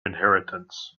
inheritance